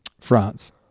France